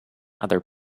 other